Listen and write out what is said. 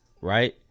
right